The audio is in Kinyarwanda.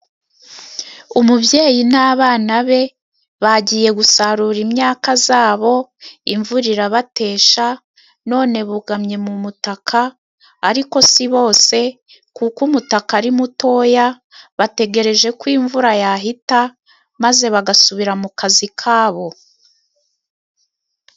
Umubyeyi n'abana be bagiye gusarura imyaka zabo, imvura irabatesha none bugamye mu mutaka ariko si bose, kuko umutaka ari mutoya bategereje ko imvura yahita maze bagasubira mu kazi kabo.